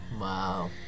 Wow